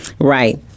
Right